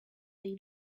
they